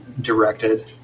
directed